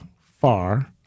far